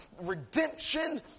redemption